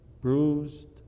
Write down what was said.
bruised